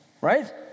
Right